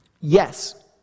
Yes